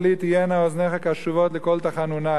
תהיינה אזניך קשבות לקול תחנוני,